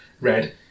red